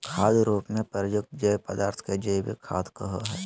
खाद रूप में प्रयुक्त जैव पदार्थ के जैविक खाद कहो हइ